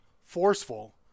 forceful